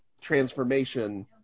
transformation